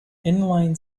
inline